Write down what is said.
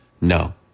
No